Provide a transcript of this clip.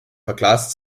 verglast